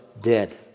dead